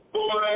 Boy